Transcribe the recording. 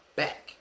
back